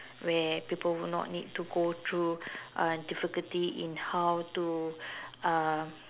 where people would not need to go through uh difficulty in how to uh